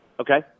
Okay